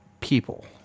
People